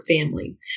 family